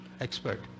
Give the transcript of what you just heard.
expert